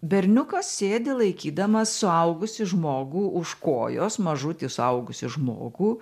berniukas sėdi laikydamas suaugusį žmogų už kojos mažutį suaugusį žmogų